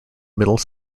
middle